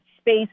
space